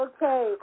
Okay